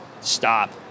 stop